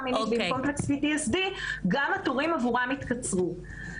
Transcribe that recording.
מינית ועם Complex PTSD יתקצרו התורים.